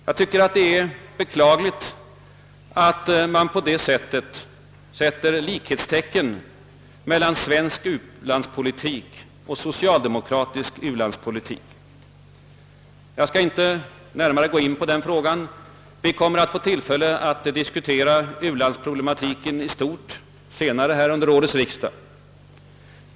Jag tycker det är beklagligt att man på det viset sätter likhetstecken mellan svensk u-landspolitik och socialdemokratisk u-landspolitik. Jag skall emellertid inte närmare gå in på den frågan. Vi kommer att få tillfälle att diskutera u-landsproblematiken i stort senare under årets riksdag.